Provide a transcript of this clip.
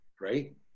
right